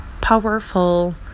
powerful